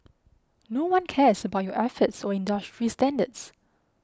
no one cares about your efforts or industry standards